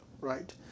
right